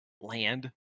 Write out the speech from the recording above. land